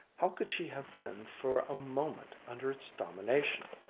how could she have been for a moment under its domination!